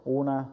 una